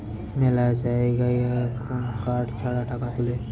মেলা জায়গায় এখুন কার্ড ছাড়া টাকা তুলে